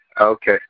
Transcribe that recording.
Okay